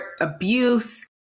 abuse